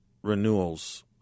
renewals